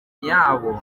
yabo